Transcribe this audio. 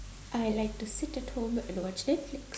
I like sit at home and watch netflix